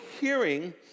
hearing